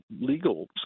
legal